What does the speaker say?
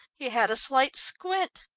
he had a slight squint.